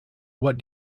what